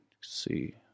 see